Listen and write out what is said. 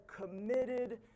committed